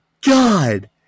god